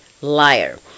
liar